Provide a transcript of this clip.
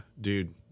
dude